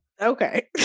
Okay